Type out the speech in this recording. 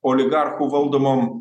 oligarchų valdomom